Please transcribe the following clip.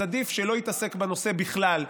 אז עדיף שלא יתעסק בנושא בכלל,